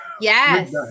Yes